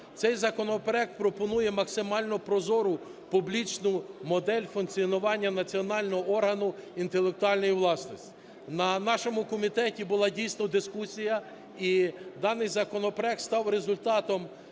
Цей законопроект пропонує максимально прозору публічну модель функціонування національного органу інтелектуальної власності. На нашому комітеті була, дійсно, дискусія, і даний законопроект став результатом,